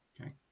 Okay